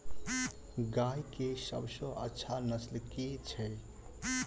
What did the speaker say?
गाय केँ सबसँ अच्छा नस्ल केँ छैय?